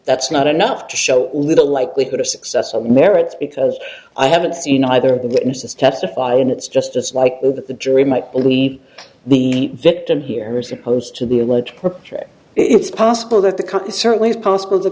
that's not enough to show little likelihood of success of merits because i haven't seen either of the witnesses testify and it's just as likely that the jury might believe the victim here is opposed to the alleged perpetrator it's possible that the cut is certainly possible to